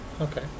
Okay